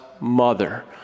mother